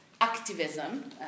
activism